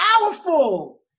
powerful